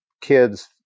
kids